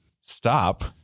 stop